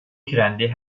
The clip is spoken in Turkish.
trendi